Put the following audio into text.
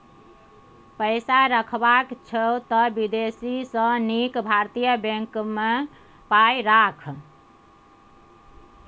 पैसा रखबाक छौ त विदेशी सँ नीक भारतीय बैंक मे पाय राख